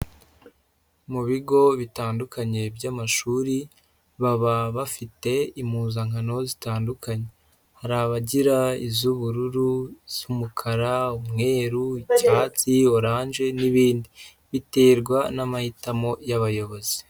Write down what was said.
Mu bigo bitandukanye by'amashuri, baba bafite impuzankano zitandukanye, hari abagira iz'ubururu, iz'umukara, umweru, icyatsi, oranje n'ibindi, biterwa n'amahitamo y'abayobozi.